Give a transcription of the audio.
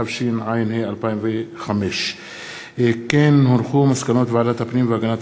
התשע"ה 2015. מסקנות ועדת הפנים והגנת